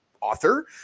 author